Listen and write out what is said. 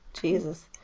Jesus